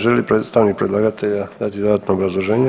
Želi li predstavnik predlagatelja dati dodatno obrazloženje?